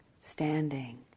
standing